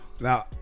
Now